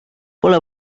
pole